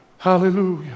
Hallelujah